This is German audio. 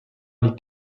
liegt